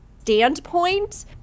standpoint